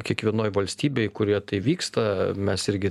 kiekvienoj valstybėj kurioje tai vyksta mes irgi